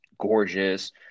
gorgeous